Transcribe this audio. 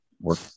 work